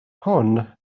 hwn